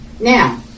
now